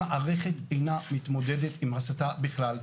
המערכת אינה מתמודד עם ההסתה בכלל.